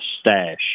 stash